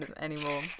anymore